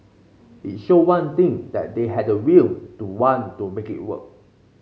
it showed one thing that they had the will to want to make it work